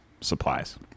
supplies